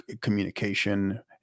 communication